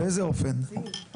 באיזה אופן?